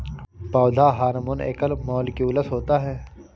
पौधा हार्मोन एकल मौलिक्यूलस होता है